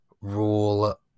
rule